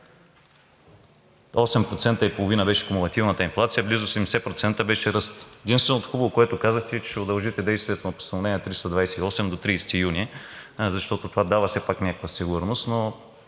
8,5% беше кумулативната инфлация, близо 70% беше ръстът. Единственото хубаво, което казахте, е, че ще удължите действието на Постановление № 328 до 30 юни, защото все пак това дава някаква сигурност, но